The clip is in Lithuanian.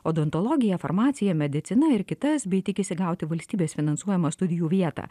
odontologija farmacija medicina ir kitas bei tikisi gauti valstybės finansuojamą studijų vietą